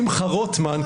שמחה רוטמן,